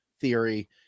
theory